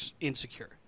insecure